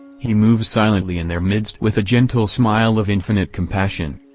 he moves silently in their midst with a gentle smile of infinite compassion.